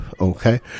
Okay